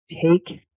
take